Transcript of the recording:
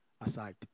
aside